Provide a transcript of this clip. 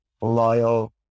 loyal